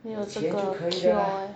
没有这个 cure leh